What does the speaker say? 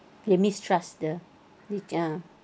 you mistrust the